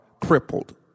crippled